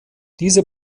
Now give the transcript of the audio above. diese